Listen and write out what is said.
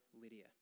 Lydia